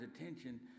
attention